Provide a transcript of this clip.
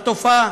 על התופעה